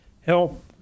help